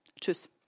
Tschüss